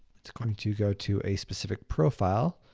it's going to go to a specific profile,